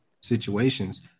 situations